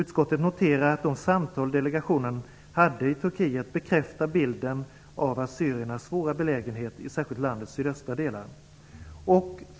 Utskottet noterar att de samtal delegationen hade i Turkiet bekräftar bilden av assyriernas svåra belägenhet särskilt i landets sydöstra delar.